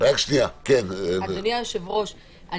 אדוני היושב-ראש,